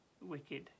wicked